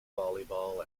volleyball